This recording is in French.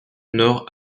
nord